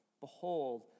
Behold